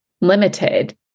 limited